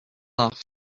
off